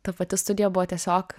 ta pati studija buvo tiesiog